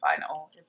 final